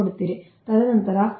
ತದನಂತರ ಆರ್ಕ್ ವೆಲ್ಡರ್ಗಳು 0